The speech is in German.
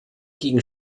gegen